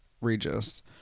Regis